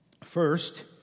First